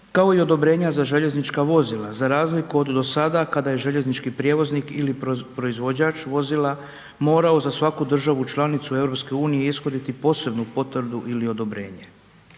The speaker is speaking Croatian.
kao i odobrenja za željeznička vozila, za razliku od do sada kada je željeznički prijevoznik ili proizvođač vozila morao za svaku državu članicu EU ishoditi posebnu potvrdu ili odobrenje.